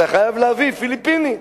אתה חייב להביא פיליפיני.